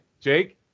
Jake